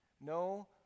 no